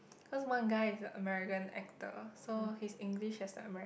cause one guy is a American actor so his English has the Americ~